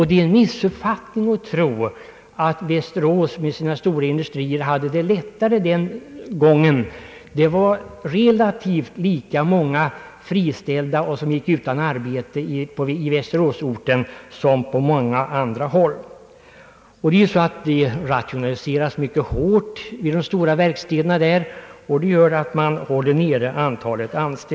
Det är ett misstag att tro att Västerås med sina stora industrier hade det lättare den gången. Det fanns relativt sett lika många som var friställda och gick utan arbete på Västeråsorten som på många andra håll. Alla vet att det rationaliseras mycket hårt på de stora verkstäderna där, och det gör att antalet anställda hålls nere.